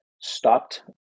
stopped